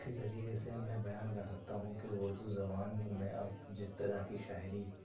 اِسی طریقے سے میں بیان کر سکتا ہوں کہ اُردو زبان میں اب جس طرح کی شاعری